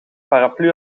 paraplu